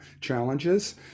challenges